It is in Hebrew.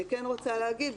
אני כן רוצה להגיד,